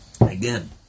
Again